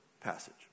passage